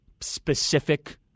specific